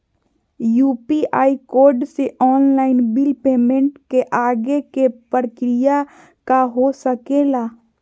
UPI code से online bill payment के आगे के प्रक्रिया का हो सके ला?